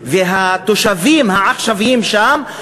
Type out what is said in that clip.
והתושבים העכשוויים שם,